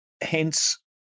Hence